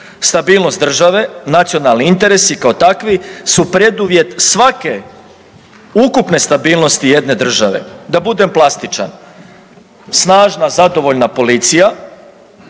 Stabilnost države, nacionalni interesi kao takvi su preduvjet svake ukupne stabilnosti jedne države. Da budem plastičan, snažna, zadovoljna policija